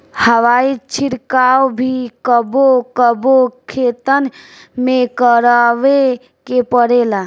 हवाई छिड़काव भी कबो कबो खेतन में करावे के पड़ेला